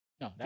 no